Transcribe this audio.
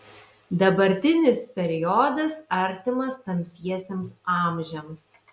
dabartinis periodas artimas tamsiesiems amžiams